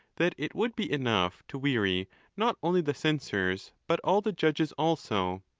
that it would be enough to weary not only the censors, but all the judges also.